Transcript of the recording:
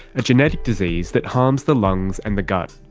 a genetic disease that harms the lungs and the gut.